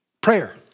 prayer